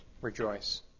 rejoice